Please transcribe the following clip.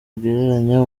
agereranya